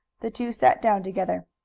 the two sat down together.